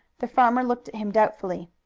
the farmer looked at him doubtfully.